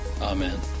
Amen